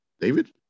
David